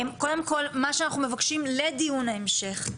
קודם כל מה שאנחנו מבקשים לדיון ההמשך,